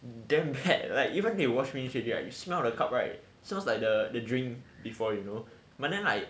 damn hard like even they watch finish already ah you smelt a cup right sounds like the the drink before you know but then like